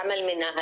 גם על מנהלים,